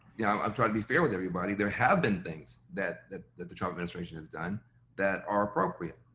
you know, i'm trying to be fair with everybody, there have been things that the that the trump administration has done that are appropriate.